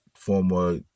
Former